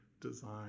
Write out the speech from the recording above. design